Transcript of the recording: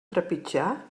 trepitjar